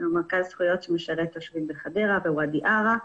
יש לנו מרכז זכויות שמשרת תושבים בחדרה ובוואדי ערה.